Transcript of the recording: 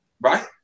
right